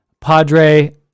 Padre